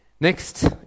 next